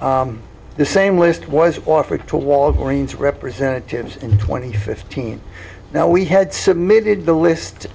the same list was offered to walgreen's representatives in twenty fifth teen now we had submitted the list